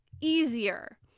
easier